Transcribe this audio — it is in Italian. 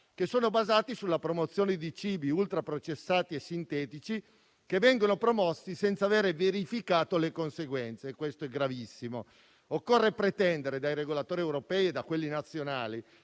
che sono basati sulla promozione di cibi ultraprocessati e sintetici che vengono promossi senza aver verificato le conseguenze. E questo è gravissimo. Occorre pretendere dai regolatori europei e da quelli nazionali